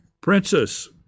princess